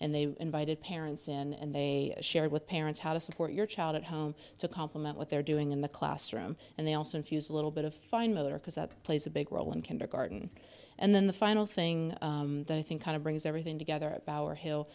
and they invited parents in and they shared with parents how to support your child at home to compliment what they're doing in the classroom and they also infuse a little bit of fine motor because that plays a big role in kindergarten and then the final thing that i think kind of brings everything together our hill